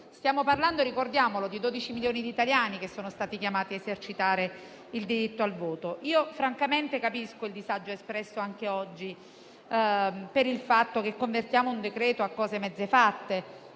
Stiamo parlando di 12 milioni di italiani che sono stati chiamati ad esercitare il diritto al voto. Capisco francamente il disagio espresso anche oggi per il fatto che convertiamo un decreto-legge a cose mezze fatte,